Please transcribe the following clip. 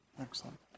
Excellent